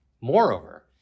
Moreover